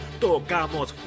tocamos